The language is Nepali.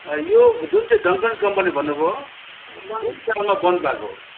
यो जुन चाहिँ डङ्कन्स कम्पनी भन्नुभयो कुन सालमा बन्द भएको